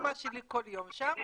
אמא שלי כל יום שם,